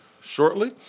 shortly